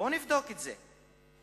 בואו נבדוק את זה.